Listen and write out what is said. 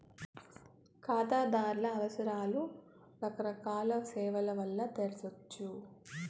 కాతాదార్ల అవసరాలు రకరకాల సేవల్ల వల్ల తెర్సొచ్చు